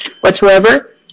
whatsoever